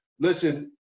Listen